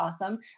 awesome